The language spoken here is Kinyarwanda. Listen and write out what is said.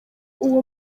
uwo